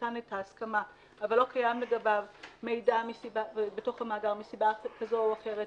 שנתן את ההסכמה אבל לא קיים לגביו מידע בתוך המאגר מסיבה כזו או אחרת,